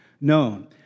known